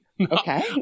okay